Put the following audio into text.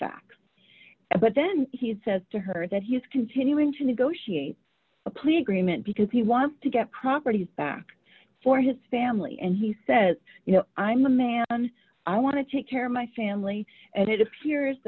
facts but then he had said to her that he's continuing to negotiate a plea agreement because he wants to get properties back for his family and he says you know i'm the man i want to take care of my family and it appears